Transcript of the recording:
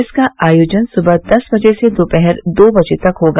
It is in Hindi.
इसका आयोजन सुबह दस बजे से दोपहर दो बजे तक होगा